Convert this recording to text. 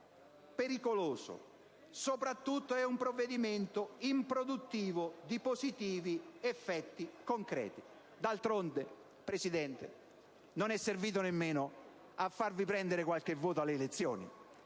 pericoloso. Soprattutto, è un provvedimento improduttivo di positivi effetti concreti. D'altronde, signor Presidente, non è servito nemmeno a farvi prendere qualche voto alle elezioni.